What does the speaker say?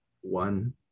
one